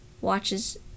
watches